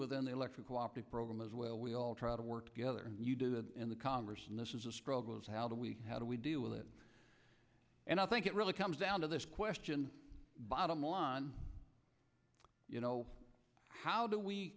within the electrical optics program as well we all try to work together you do that in the congress and this is a struggle of how do we how do we deal with it and i think it really comes down to this question bottom line you know how do we